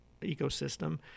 ecosystem